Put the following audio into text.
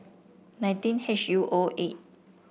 nineteen H U O eight